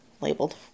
labeled